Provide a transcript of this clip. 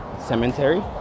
cemetery